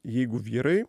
jeigu vyrai